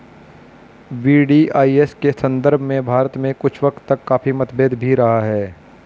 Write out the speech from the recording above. VDIS के संदर्भ में भारत में कुछ वक्त तक काफी मतभेद भी रहा है